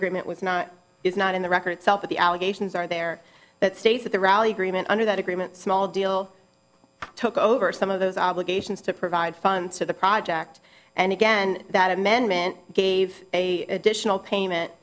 agreement was not is not in the record self of the allegations are there that states that the rally agreement under that agreement small deal took over some of those obligations to provide funds for the project and again that amendment gave a additional payment